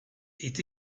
est